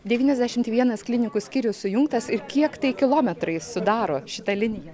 devyniasdešimt vienas klinikų skyrius sujungtas ir kiek tai kilometrais sudaro šita linija